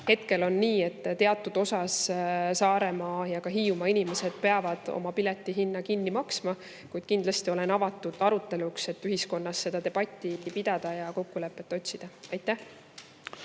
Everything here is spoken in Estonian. Hetkel on nii, et teatud osas Saaremaa ja ka Hiiumaa inimesed peavad oma piletihinna kinni maksma, kuid kindlasti olen avatud aruteluks, et ühiskonnas seda debatti pidada ja kokkulepet otsida. Suur